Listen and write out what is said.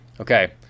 Okay